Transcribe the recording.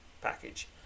Package